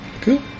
Cool